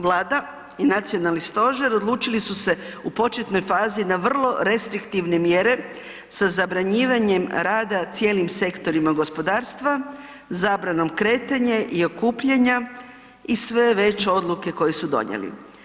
Vlada i nacionalni stožer odlučili su se u početnoj fazi na vrlo restriktivne mjere sa zabranjivanjem rada cijelim sektorima gospodarstva, zabranom kretanja i okupljanja i sve već odluke koje su donijeli.